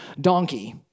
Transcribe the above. donkey